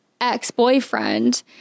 ex-boyfriend